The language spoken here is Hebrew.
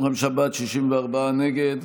55 בעד, 64 נגד.